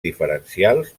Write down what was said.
diferencials